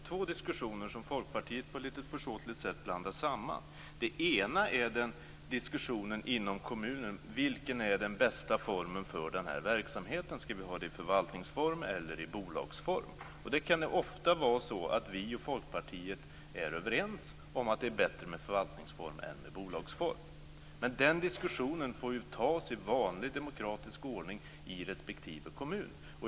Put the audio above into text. Fru talman! Folkpartiet blandar här på ett lite försåtligt sätt samman två diskussioner. Den ena diskussionen gäller vilken som är den bästa formen för en viss verksamhet i kommunen, förvaltningsform eller bolagsform. Det kan ofta vara så att vi är överens med Folkpartiet om att det kan vara bättre med förvaltningsform än med bolagsform. Men den diskussionen får föras i vanlig demokratisk ordning i respektive kommun.